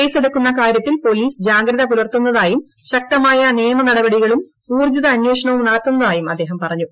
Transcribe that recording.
കേസെടുക്കുന്ന കാര്യത്തിൽ പോലീസ് ജാഗ്രത പുലർത്തുന്നതായും ശക്തമായ നിയമനടപടികളും ഊർജ്ജിത അന്വേഷണവും നടത്തുന്നതായും അദ്ദേഹം പറഞ്ഞു